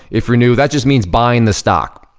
if you're new, that just means buying the stock.